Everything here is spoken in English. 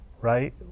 right